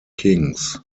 kings